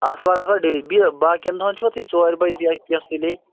آتھوار آسان ڈیلی بیٚیہِ باقٕیَن دۄہَن چھُوا تُہۍ ژورِ بَجہِ یا کیٚنہہ سُلے